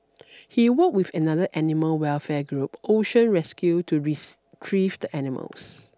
he worked with another animal welfare group Ocean Rescue to retrieve the animals